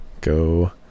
Go